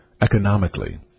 economically